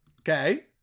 Okay